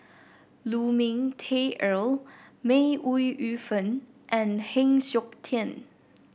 Lu Ming Teh Earl May Ooi Yu Fen and Heng Siok Tian